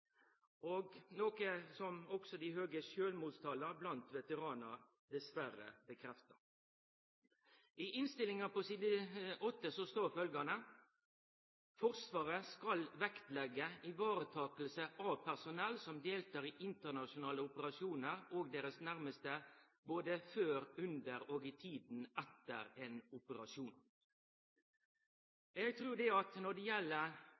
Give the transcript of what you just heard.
noko dei høge sjølvmordstala blant veteranar dessverre bekreftar. I innstillinga på side 8 står følgjande: «Forsvaret skal vektlegge ivaretakelse av personell som deltar i internasjonale operasjoner og deres nærmeste både før, under og i tiden etter en operasjon.» Når det gjeld